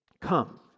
Come